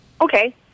Okay